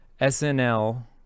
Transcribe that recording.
snl